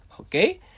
okay